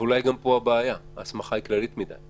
אבל אולי גם פה הבעיה, ההסמכה היא כללית מדי.